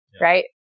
right